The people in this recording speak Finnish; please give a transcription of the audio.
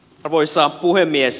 arvoisa puhemies